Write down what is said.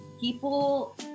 people